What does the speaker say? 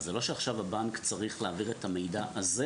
זה לא שעכשיו הבנק צריך להעביר את המידע הזה